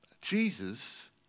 Jesus